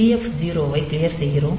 TF0 ஐ clear செய்கிறோம்